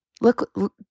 Look